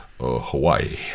Hawaii